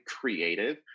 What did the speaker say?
creative